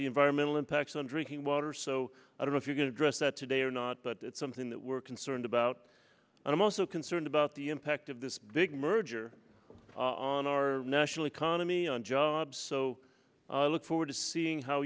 the environmental impacts on drinking water so i don't know if you're going to address that today or not but it's something that we're concerned about and i'm also concerned about the ective this big merger on our national economy and jobs so i look forward to seeing how